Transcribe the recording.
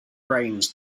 brains